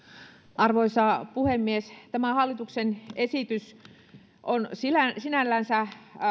arvoisa puhemies tämä hallituksen esitys on sinällänsä